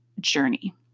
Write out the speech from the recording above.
journey